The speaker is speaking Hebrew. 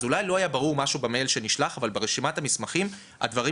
אז אולי משהו לא היה ברור במייל שנשלח אבל ברשימת המסמכים הדברים